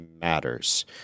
matters